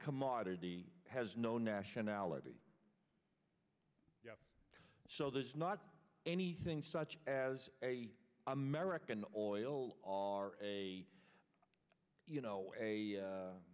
commodity has no nationality so there's not anything such as a american oil are a you know a